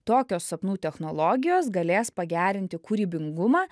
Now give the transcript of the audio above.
tokios sapnų technologijos galės pagerinti kūrybingumą